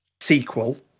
sequel